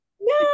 No